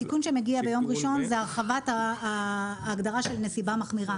התיקון שמגיע ביום ראשון זה הרחבת ההגדרה של נסיבה מחמירה.